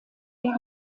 der